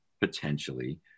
potentially